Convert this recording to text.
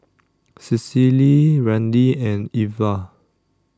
Cecily Randi and Ivah